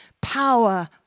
Power